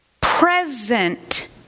present